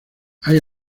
hay